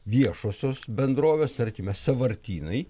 viešosios bendrovės tarkime sąvartynai